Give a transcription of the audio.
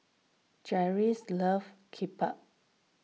Jeryl loves Kimbap